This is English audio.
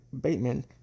Bateman